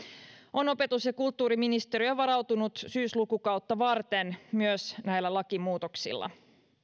on opetus ja kulttuuriministeriö varautunut syyslukukautta varten myös näillä lakimuutoksilla